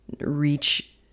reach